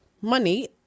money